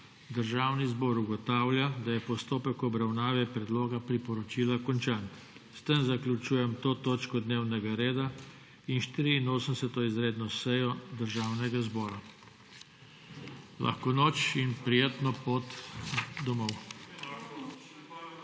Državni zbor ugotavlja, da je postopek obravnave predloga priporočila končan. S tem zaključujem to točko dnevnega reda in 84. izredno sejo Državnega zbora. Lahko noč in prijetno pot domov.